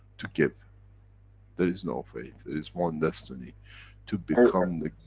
to give there is no fate is one destiny to become the